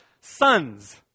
sons